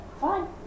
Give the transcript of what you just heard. fine